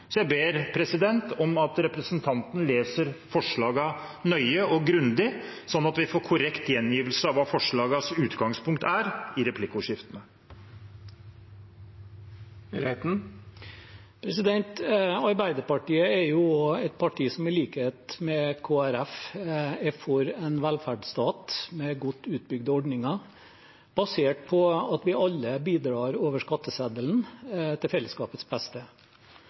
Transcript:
Så jeg ber om at representanten leser forslagene nøye og grundig, slik at vi i replikkordskiftene får en korrekt gjengivelse av hva forslagenes utgangspunkt er. Arbeiderpartiet er et parti som, i likhet med Kristelig Folkeparti, er for en velferdsstat med godt utbygde ordninger, basert på at vi alle bidrar over skatteseddelen til fellesskapets beste.